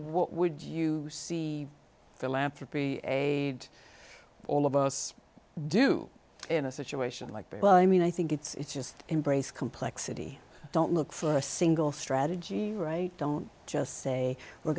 what would you see philanthropy a all of us do in a situation like this but i mean i think it's just embrace complexity don't look for a single strategy right don't just say we're